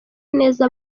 neza